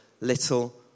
little